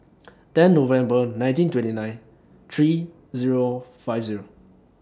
ten November nineteen twenty nine three Zero five Zero